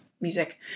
music